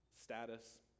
status